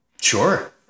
Sure